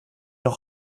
noch